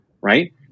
right